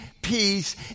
peace